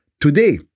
today